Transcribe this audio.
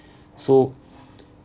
so